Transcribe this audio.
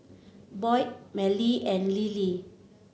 Boyd Mallie and Lily